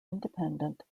independent